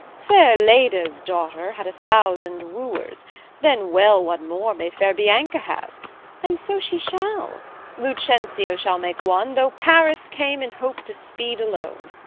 fair leda's daughter had a thousand wooers then well one more may fair bianca have and so she shall lucentio shall make one, though paris came in hope to speed alone.